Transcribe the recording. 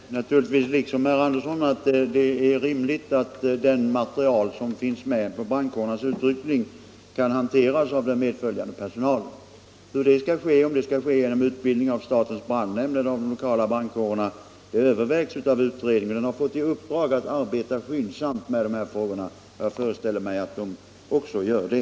Herr talman! Jag tycker naturligtvis som herr Andersson i Örebro att det är rimligt att den materiel som finns med vid brandkårernas ut ryckning kan hanteras av den medföljande personalen. Om det skall garanteras genom utbildning hos statens brandnämnd eller vid de lokala brandkårerna övervägs av utredningen, och den har fått i uppdrag att arbeta skyndsamt med frågorna. Jag föreställer mig att den också gör det.